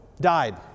died